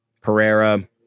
Pereira